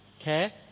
okay